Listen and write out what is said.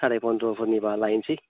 साराय फन्द्रफोरनिबा लायसै